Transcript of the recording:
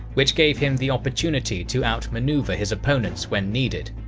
which gave him the opportunity to outmaneuver his opponents when needed.